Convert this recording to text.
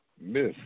Miss